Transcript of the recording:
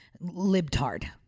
libtard